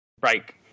break